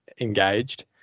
engaged